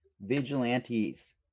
vigilantes